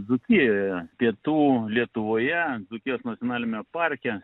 dzūkijoje pietų lietuvoje dzūkijos nacionaliniame parke